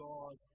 God